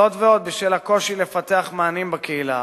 זאת ועוד, בשל הקושי לפתח מענים בקהילה